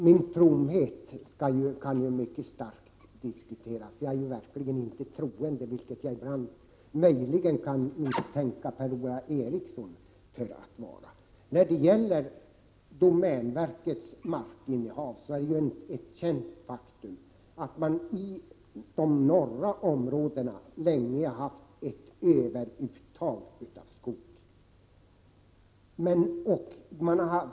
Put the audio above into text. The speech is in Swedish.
Fru talman! Min fromhet kan mycket starkt diskuteras. Jag är verkligen inte troende, vilket jag ibland möjligen kan misstänka Per-Ola Eriksson för att vara. När det gäller domänverkets markinnehav är det ett känt faktum att man i de norra områdena länge haft ett överuttag av skog.